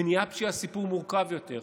מניעת פשיעה היא סיפור מורכב יותר,